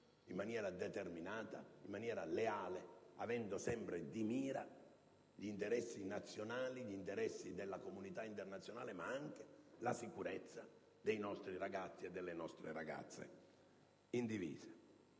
in maniera seria, determinata e leale, avendo sempre di mira gli interessi nazionali, gli interessi della comunità internazionale ed anche la sicurezza dei nostri ragazzi e delle nostre ragazze in divisa.